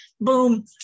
boom